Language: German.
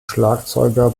schlagzeuger